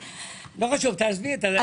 לא חשוב, תעזבי את זה.